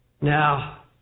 now